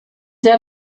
sehr